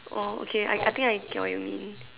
oh okay I I think I get what you mean